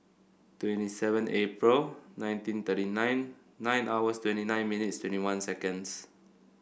twenty seven April nineteen thirty nine nine hours twenty nine minutes twenty one seconds